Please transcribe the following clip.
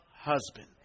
husband